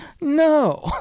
No